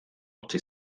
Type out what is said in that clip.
utzi